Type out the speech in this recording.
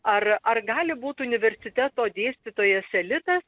ar ar gali būt universiteto dėstytojas elitas